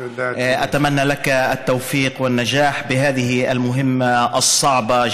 (אומר בערבית: אני מאחל לך הצלחה במשימה הזאת,